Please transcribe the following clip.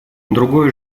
другое